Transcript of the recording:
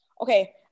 okay